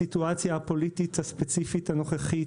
בסיטואציה הפוליטית הספציפית הנוכחית,